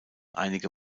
einige